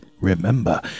remember